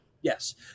Yes